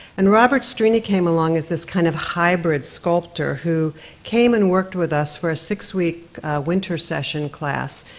and robert strini came along as this kind of hybrid sculptor who came and worked with us for a six week winter session class,